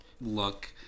look